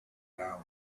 down